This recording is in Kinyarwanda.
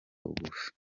bugufi